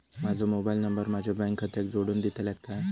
माजो mobile number माझ्या bank खात्याक जोडून दितल्यात काय?